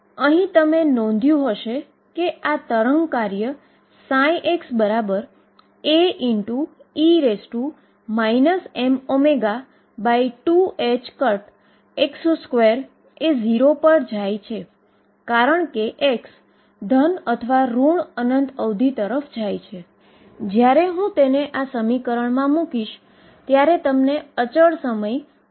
હું અહીં એક ચેતવણી લખવા જઈ રહ્યો છું આ શરતો ત્યારે લાગુ પડતી નથી જ્યારે V ઈન્ફાઈનાઈટ તરફ જાય છે અથવા તો V સારી રીતે વર્તી શકતો નથી